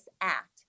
act